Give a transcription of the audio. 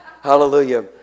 Hallelujah